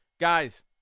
guys